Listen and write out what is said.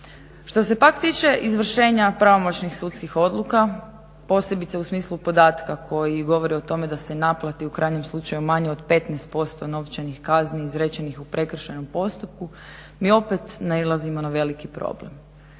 Što se pak tiče izvršenja pravomoćnih sudskih odluka posebice u smislu podatka koji govori o tome da se naplati u kranjem slučaju manje od 15% novčanih kazni izrečenih u prekršajnom postupku mi opet nailazimo na veliki problem.